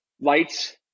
lights